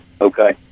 okay